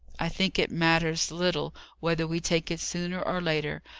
i think it matters little whether we take it sooner or later,